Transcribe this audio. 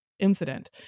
incident